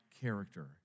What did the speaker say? character